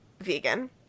vegan